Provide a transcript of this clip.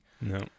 No